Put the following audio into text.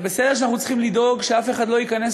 זה בסדר שאנחנו צריכים לדאוג שאף אחד לא ייכנס